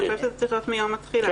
אני חושבת שצריך להיות מיום התחילה.